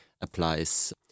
applies